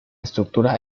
estructura